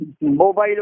Mobile